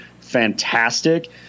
fantastic